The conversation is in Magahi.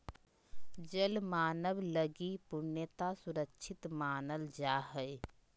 जल मानव लगी पूर्णतया सुरक्षित मानल जा हइ